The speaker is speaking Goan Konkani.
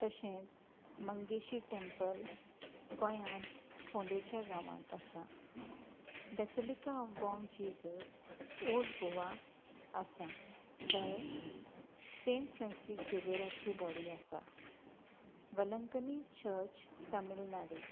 तशेंच मंगेशी टेंम्पल गोंयांत फोंडेच्या गांवांत आसा basilica of Bom Jesus old Goa आसा थंय सेंट फ्रांसीक झेवेराची बॉडी आसा वलंकनी चर्च तामिलनाडू